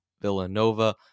Villanova